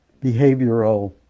behavioral